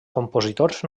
compositors